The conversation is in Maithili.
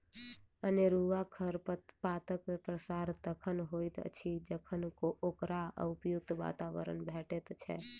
अनेरूआ खरपातक प्रसार तखन होइत अछि जखन ओकरा उपयुक्त वातावरण भेटैत छै